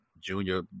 Junior